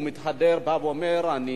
הוא מתהדר ואומר: אני